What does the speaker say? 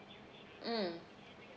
mm